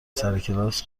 سرکلاس